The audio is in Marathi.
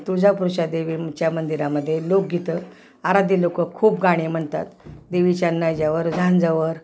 तुळजापुरषा देवीच्या मंदिरामध्येलोकगीतं आराधी लोकं खूप गाणे म्हणतात देवीच्या न्न ह्याच्यावर झांजावर